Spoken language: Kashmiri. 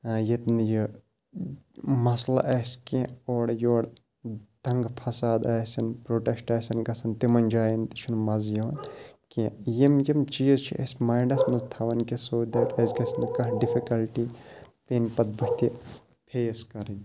ییٚتہِ نہٕ یہِ مَسلہٕ آسہِ کیٚنٛہہ اورٕ یور تَنٛگہٕ فَساد آسن پرٛوٹٮ۪شٹ آسن گَژھان تِمَن جایَن تہِ چھُنہٕ مَزٕ یِوان کیٚنٛہہ یِم یِم چیٖز چھِ اَسہِ ماینٛڈَس منٛز تھاون کہِ سو دیٹ اَسہِ گَژھِ نہٕ کانٛہہ ڈِفِکَلٹی پَنہِ پَتہٕ بٕتھِ تہِ فیس کَرٕنۍ